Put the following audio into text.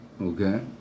Okay